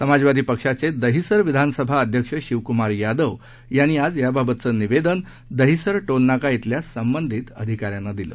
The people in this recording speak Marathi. समाजवादीपक्षाचेदहिसरविधानसभाअध्यक्षशिवक्मारयादवयांनीआजयाबाबतचंनिवेदनद हिसरटोलनाकाइथल्यासंबंधितअधिकाऱ्यांनादिलं